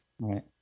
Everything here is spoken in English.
Right